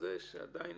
שעדיין